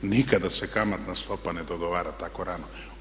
Nikada se kamatna stopa ne dogovara tako rano.